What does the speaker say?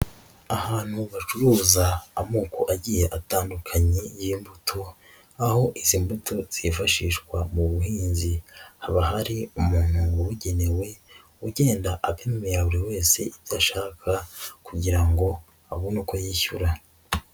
Ahantu bacuruza amoko agiye atandukanye y'imbuto aho izi mbuto zifashishwa mu buhinzi haba hari umuntu wabugenewe ugenda apimira buri wese udashaka kugira ngo abone uko yishyura.